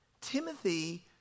Timothy